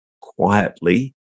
quietly